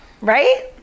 Right